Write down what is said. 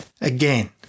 Again